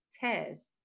tears